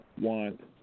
want